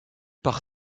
par